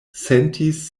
sentis